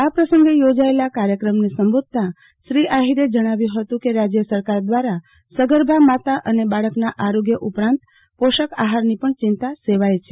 આ પ્રસંગે યોજાયેલા કાર્યક્રમને સંબોધતાં શ્રી આહિરે જણાવ્યું હતું કેરાજય સરકાર દ્વારા સગર્ભા માતા અને બાળકના આરોગ્ય ઉપરાંત પોષક આહારની પણ ચિંતાસેવાય છે